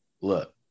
look